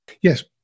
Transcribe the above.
Yes